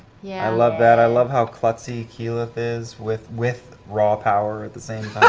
yeah i love that. i love how klutzy keyleth is, with with raw power at the same